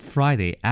Friday